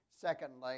Secondly